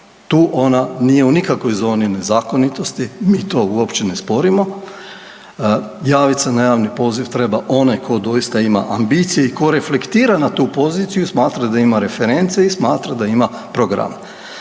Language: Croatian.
tu ona nije u nikakvoj zoni nezakonitosti, mi to uopće ne sporimo, javiti se ja na javni poziv treba onaj tko doista ima ambicije i tko reflektira na tu poziciju, smatra da ima reference i smatra da ima program.